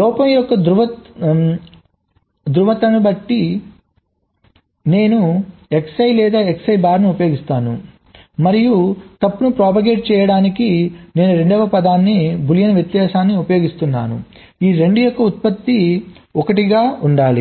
లోపం యొక్క ధ్రువణతను బట్టి నేను Xi లేదా Xi బార్ను ఉపయోగిస్తున్నాను మరియు తప్పును propagate చేయడానికి నేను రెండవ పదాన్ని బూలియన్ వ్యత్యాసాన్ని ఉపయోగిస్తున్నాను ఈ 2 యొక్క ఉత్పత్తి 1 గా ఉండాలి